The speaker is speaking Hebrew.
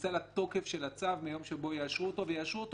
בכניסה לתוקף של הצו מיום שבו יאשרו אותו ויאשרו אותו